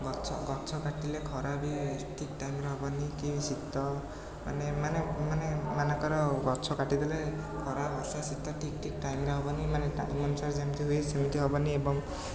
ଗଛ ଗଛ କାଟିଲେ ଖରା ବି ଠିକ୍ ଟାଇମ୍ରେ ହେବନି କି ଶୀତ ମାନେ ମାନେ ମାନେ ମନେକର ଗଛ କାଟିଦେଲେ ଖରା ବର୍ଷା ଶୀତ ଠିକ୍ ଠିକ୍ ଟାଇମ୍ରେ ହେବନି ମାନେ ଟାଇମ୍ ଅନୁସାରେ ଯେମିତି ହୁଏ ସେମିତି ହେବନି ଏବଂ